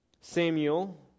Samuel